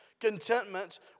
contentment